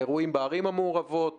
האירועים בערים המעורבות,